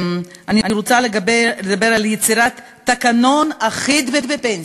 אני רוצה לדבר על יצירת תקנון אחיד בפנסיה.